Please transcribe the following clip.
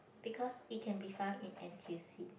because it can be found in n_t_u_c